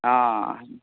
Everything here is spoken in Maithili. हँ